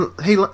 Hey